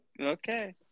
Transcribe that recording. okay